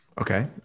okay